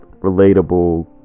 relatable